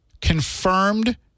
confirmed